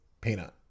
Peanut